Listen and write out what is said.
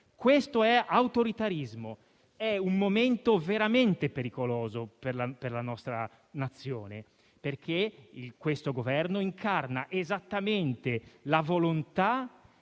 Questo è autoritarismo, è un momento veramente pericoloso per la nostra Nazione, perché questo Governo incarna esattamente la volontà